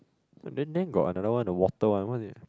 then then got another one the water one what's it